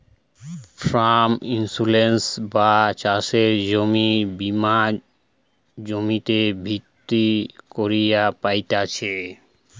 farm insurance বা চাষের জমির বীমা জমিতে ভিত্তি কইরে পাইতেছি